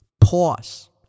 pause